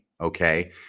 okay